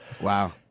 Wow